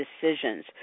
decisions